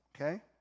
okay